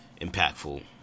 impactful